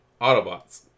Autobots